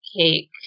cake